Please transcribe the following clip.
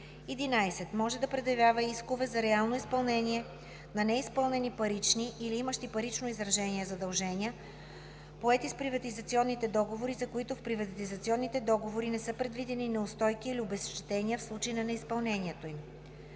11. може да предявява искове за реално изпълнение на неизпълнени парични или имащи парично изражение задължения, поети с приватизационните договори, за които в приватизационните договори не са предвидени неустойки или обезщетения в случай на неизпълнението им;